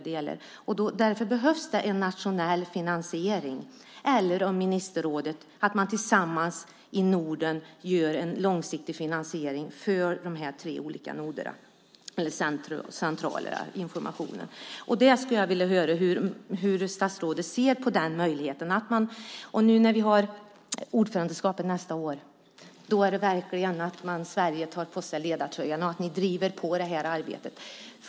Därför behövs det en nationell finansiering eller att ministerrådet, alla tillsammans i Norden, skapar en långsiktig finansiering av de tre olika informationscentren. Jag skulle vilja höra hur statsrådet ser på den möjligheten. När vi har ordförandeskapet nästa år måste Sverige verkligen ta på sig ledartröjan och driva på arbetet.